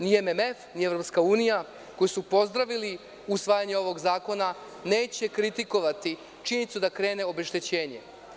Ni MMF, ni EU, koji su pozdravili usvajanje ovog zakona neće kritikovati činjenicu da krene obeštećenje.